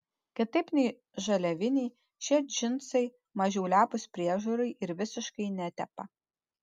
kitaip nei žaliaviniai šie džinsai mažiau lepūs priežiūrai ir visiškai netepa